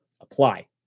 apply